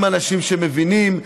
עם אנשים שמבינים.